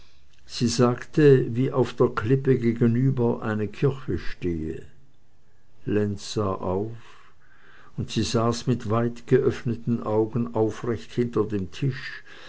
sie sagte wie auf der klippe gegenüber eine kirche stehe lenz sah auf und sie saß mit weitgeöffneten augen aufrecht hinter dem tisch